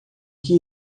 que